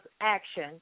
action